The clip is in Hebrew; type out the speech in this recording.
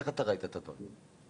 איך אתה ראית את הדברים?